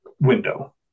window